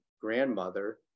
grandmother